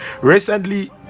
recently